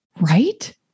Right